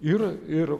ir ir